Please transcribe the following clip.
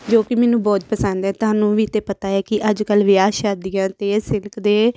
ਜੋ ਕਿ ਮੈਨੂੰ ਬਹੁਤ ਪਸੰਦ ਹੈ ਤੁਹਾਨੂੰ ਵੀ ਤਾਂ ਪਤਾ ਹੈ ਕਿ ਅੱਜ ਕੱਲ੍ਹ ਵਿਆਹ ਸ਼ਾਦੀਆਂ 'ਤੇ ਸਿਲਕ ਦੇ